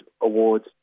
awards